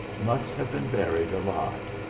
must have been buried alive.